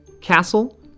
Castle